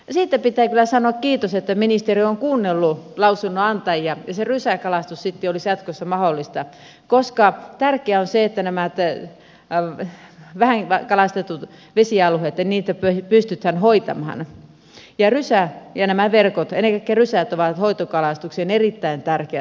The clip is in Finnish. siitä pitää kyllä sanoa kiitos että ministeriö on kuunnellut lausunnonantajia että se rysäkalastus sitten olisi jatkossa mahdollista koska tärkeää on se että näitä vähän kalastettuja vesialueita pystytään hoitamaan ja rysä ja nämä verkot ennen kaikkea rysät ovat hoitokalastuksessa erittäin tärkeitä asioita